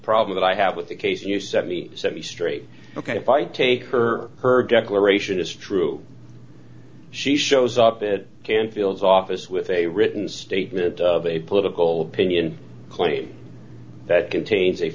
problem that i have with the case here seventy seven straight ok if i take her her declaration is true she shows up at cannes field office with a written statement of a political opinion claim that contains a